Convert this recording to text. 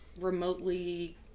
remotely